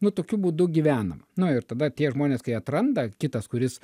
nu tokiu būdu gyvenama nu ir tada tie žmonės kai atranda kitas kuris